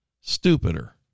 stupider